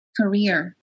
career